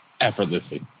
effortlessly